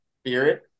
spirit